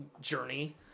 journey